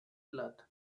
blood